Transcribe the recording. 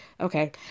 Okay